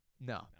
No